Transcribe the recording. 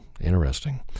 Interesting